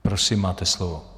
Prosím, máte slovo.